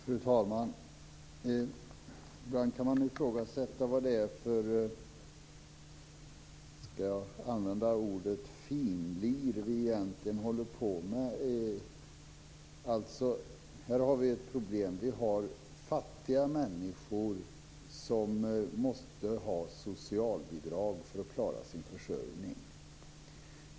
Fru talman! Ibland kan man ifrågasätta vad det är för finlir vi egentligen håller på med. Här har vi ett problem. Vi har fattiga människor som måste ha socialbidrag för att klara sin försörjning.